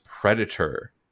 predator